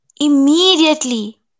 immediately